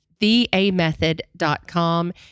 TheAMethod.com